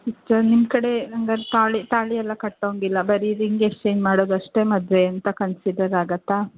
sister ನಿಮ್ಮ ಕಡೆ ಹಂಗಾರೆ ತಾಳಿ ತಾಳಿಯೆಲ್ಲ ಕಟ್ಟೋಂಗಿಲ್ಲ ಬರೀ ರಿಂಗ್ ಎಕ್ಸ್ಚೇಂಜ್ ಮಾಡೋದಷ್ಟೇ ಮದುವೆ ಅಂತ ಕನ್ಸಿಡರ್ ಆಗುತ್ತಾ